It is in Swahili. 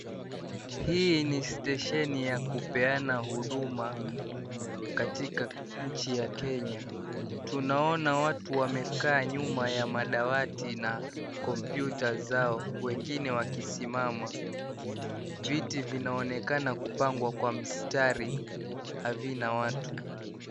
Hii ni stesheni ya kupeana husuma katika nchi ya kenya. Tunaona watu wamekaa nyuma ya madawati na komputa zao, wengine wakisimama. viti vinaonekana kupangwa kwa mistari havina watu.